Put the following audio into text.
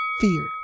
fear